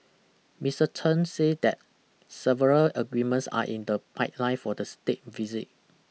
Mister Chen said that several agreements are in the pipeline for the state visit